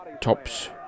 tops